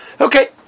Okay